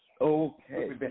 Okay